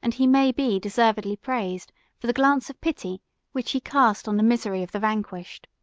and he may be deservedly praised for the glance of pity which he cast on the misery of the vanquished.